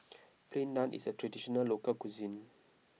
Plain Naan is a Traditional Local Cuisine